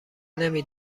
نمی